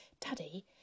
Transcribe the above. Daddy